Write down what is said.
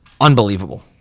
unbelievable